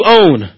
own